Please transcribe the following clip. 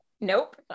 Nope